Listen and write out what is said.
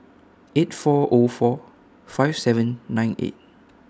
eight four O four five seven nine eight